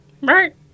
Right